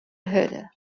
hurde